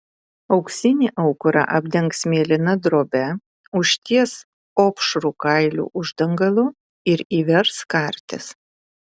auksinį aukurą apdengs mėlyna drobe užties opšrų kailių uždangalu ir įvers kartis